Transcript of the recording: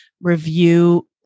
review